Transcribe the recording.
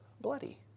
bloody